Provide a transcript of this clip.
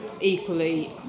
equally